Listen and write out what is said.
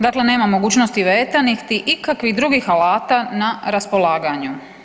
Dakle nema mogućnost veta niti ikakvih drugih alata na raspolaganju.